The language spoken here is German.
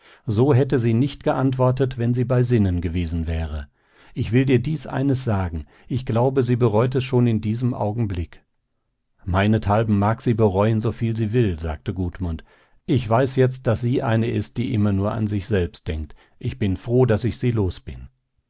so hätte sie nicht geantwortet wenn sie bei sinnen gewesen wäre ich will dir eines sagen ich glaube sie bereut es schon in diesem augenblick meinethalben mag sie bereuen soviel sie will sagte gudmund ich weiß jetzt daß sie eine ist die immer nur an sich selbst denkt ich bin froh daß ich sie los bin